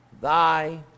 thy